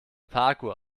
parkuhr